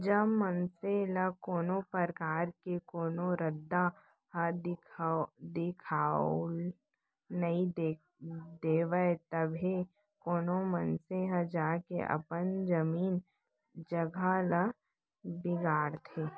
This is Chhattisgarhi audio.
जब मनसे ल कोनो परकार ले कोनो रद्दा ह दिखाउल नइ देवय तभे कोनो मनसे ह जाके अपन जमीन जघा ल बिगाड़थे